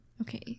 okay